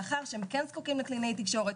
מאחר שהם כן זקוקים לקלינאי תקשורת,